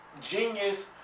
genius